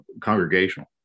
congregational